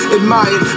Admired